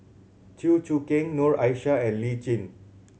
Chew Choo Keng Noor Aishah and Lee Tjin